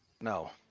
No